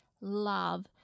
love